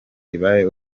ibahe